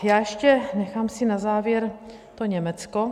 Já ještě nechám si na závěr to Německo.